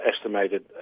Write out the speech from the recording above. estimated